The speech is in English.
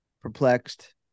perplexed